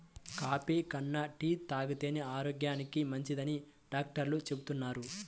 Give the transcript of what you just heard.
coffee కన్నా tea తాగితేనే ఆరోగ్యానికి మంచిదని డాక్టర్లు చెబుతున్నారు